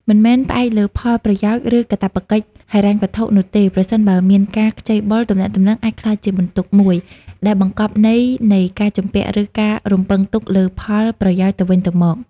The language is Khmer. មិនមែនផ្អែកលើផលប្រយោជន៍ ឬកាតព្វកិច្ចហិរញ្ញវត្ថុនោះទេ ប្រសិនបើមានការខ្ចីបុល ទំនាក់ទំនងអាចក្លាយជាបន្ទុកមួយ ដែលបង្កប់ន័យនៃការជំពាក់ ឬការរំពឹងទុកលើផលប្រយោជន៍ទៅវិញទៅមក។